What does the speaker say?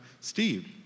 Steve